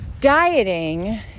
dieting